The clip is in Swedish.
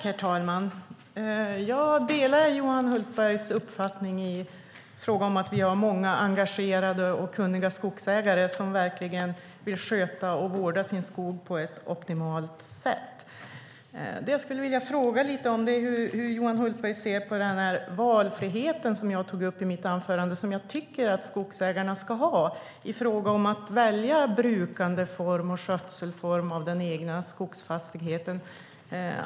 Herr talman! Jag delar Johan Hultbergs uppfattning att vi har många engagerade och kunniga skogsägare som verkligen vill sköta och vårda sin skog på ett optimalt sätt. Det jag skulle vilja fråga om är hur Johan Hultberg ser på den valfrihet som jag tog upp i mitt anförande och som jag tycker att skogsägarna ska ha i fråga om brukandeform och skötselform för den egna skogsfastigheten.